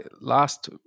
last